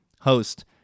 host